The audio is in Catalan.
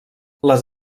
les